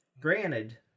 granted